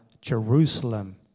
Jerusalem